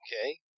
Okay